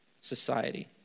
society